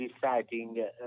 deciding